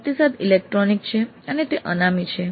પ્રતિસાદ ઇલેક્ટ્રોનિક છે અને તે અનામી છે